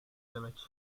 demek